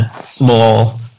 small